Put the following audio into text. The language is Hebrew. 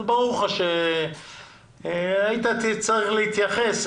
אז ברור לך שתצטרך להתייחס.